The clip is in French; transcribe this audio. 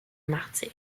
martyr